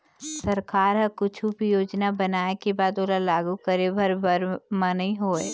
सरकार ह कुछु भी योजना बनाय के बाद ओला लागू करे भर बर म नइ होवय